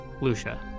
Lucia